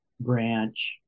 branch